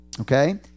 Okay